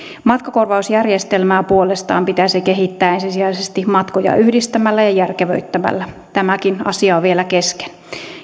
matkakorvausjärjestelmää puolestaan pitäisi kehittää ensisijaisesti matkoja yhdistämällä ja järkevöittämällä tämäkin asia on vielä kesken